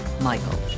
Michael